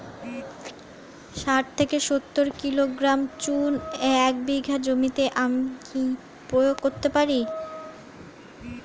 শাঠ থেকে সত্তর কিলোগ্রাম চুন এক বিঘা জমিতে আমি প্রয়োগ করতে পারি?